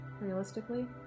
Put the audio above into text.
Realistically